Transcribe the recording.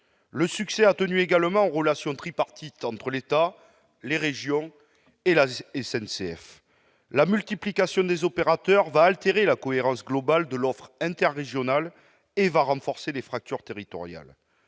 Le succès a tenu également aux relations tripartites entre l'État, les régions et la SNCF. La multiplication des opérateurs altérera la cohérence globale de l'offre interrégionale et renforcera les fractures territoriales.